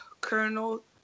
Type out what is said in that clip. Colonel